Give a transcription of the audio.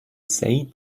سعید